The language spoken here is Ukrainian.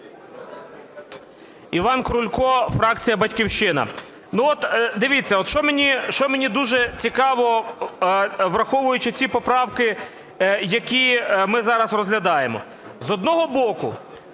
Іван Крулько, фракція "Батьківщина". Ну, от дивіться, от що мені дуже цікаво, враховуючи ці поправки, які ми зараз розглядаємо. З одного боку,